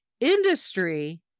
industry